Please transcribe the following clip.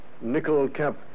Nickel-cap